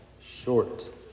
short